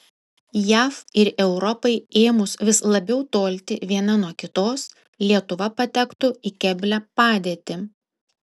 jav ir europai ėmus vis labiau tolti viena nuo kitos lietuva patektų į keblią padėtį